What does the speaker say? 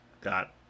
got